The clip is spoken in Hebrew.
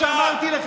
נוכל ושקרן.